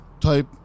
type